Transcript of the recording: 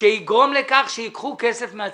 שיגרום לכך שייקחו כסף מהציבור?